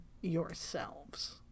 yourselves